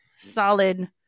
solid